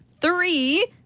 three